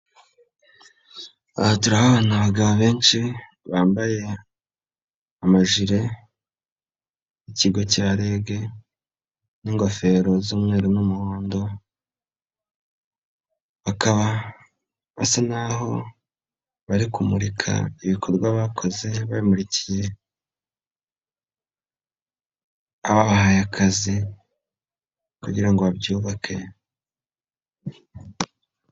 Aha turahabona abagabo benshi bambaye amajire y'ikigo cya REG n'ingofero z'umweru n'umuhondo, bakaba basa n'aho bari kumurika ibikorwa bakoze, babimurikiye ababahaye akazi kugira ngo babyubake.